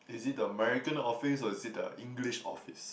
is it the American office or is it the English office